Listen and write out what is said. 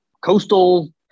coastal